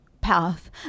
path